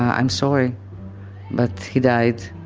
i'm sorry but he died.